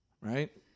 right